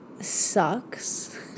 sucks